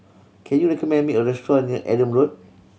can you recommend me a restaurant near Adam Road